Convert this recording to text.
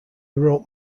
wrote